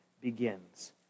begins